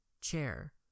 Chair